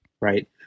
Right